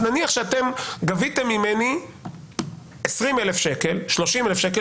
נניח שאתם גביתם ממני 20,000 ש"ח, 30,000 ש"ח